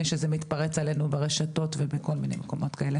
שזה מתפרץ עלינו ברשתות ובכל מיני מקומות כאלה.